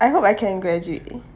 I hope I can graduate